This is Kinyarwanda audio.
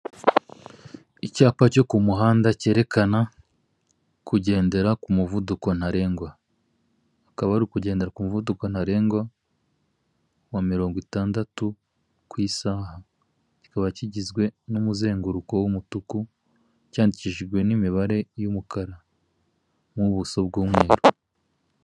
Icyapa cyo ku muhanda kerekana kugendera ku muvuduko ntarengwa, akaba ari ukugenra muvuduko ntarengwa wa mirongo itandatu ku isaha, kikaba kigizwe n'umuzenguruko w'umutuku, cyandikishijwe n'imibare y'umukara n'ubuso bw'umweru.